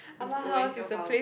is always your house